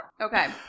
Okay